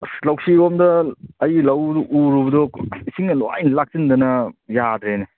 ꯑꯁ ꯂꯧꯁꯤꯔꯣꯝꯗ ꯑꯩꯒꯤ ꯂꯧꯗꯨ ꯎꯔꯨꯕꯗꯨ ꯏꯁꯤꯡꯅ ꯂꯣꯏ ꯂꯥꯛꯁꯤꯟꯗꯅ ꯌꯥꯗ꯭ꯔꯦꯅꯦ